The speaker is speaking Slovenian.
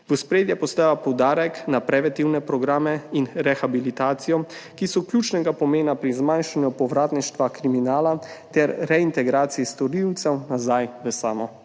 V ospredje postavlja poudarek na preventivne programe in rehabilitacijo, ki so ključnega pomena pri zmanjšanju povratništva kriminala ter reintegracije storilcev nazaj v samo